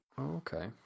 Okay